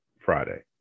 Friday